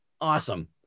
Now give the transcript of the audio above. awesome